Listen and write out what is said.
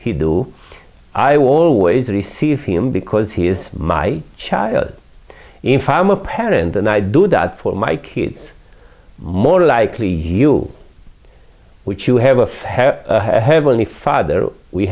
he do i will always receive him because he is my child if i'm a parent and i do that for my kids more likely you'll which you have a heavenly father we